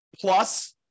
plus